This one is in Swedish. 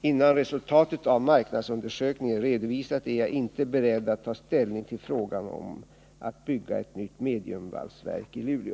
Innan resultatet av marknadsundersökningen är redovisat är jag inte beredd att ta ställning till frågan om att bygga ett nytt mediumvalsverk i Luleå.